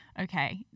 okay